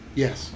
yes